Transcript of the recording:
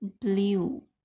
blue